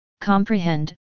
comprehend